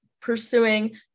pursuing